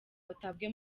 batabwe